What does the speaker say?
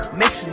miss